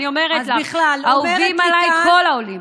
אני אומרת לך, אהובים עליי כל העולים.